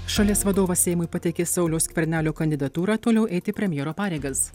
šalies vadovas seimui pateikė sauliaus skvernelio kandidatūrą toliau eiti premjero pareigas